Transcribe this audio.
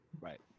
Right